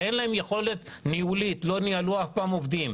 ואין להם יכולת ניהולית ולא ניהלו אף פעם עובדים,